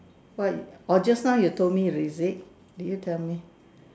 what you orh just now you told me is it did you tell me